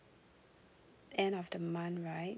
end of the month right